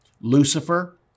Lucifer